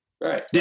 Right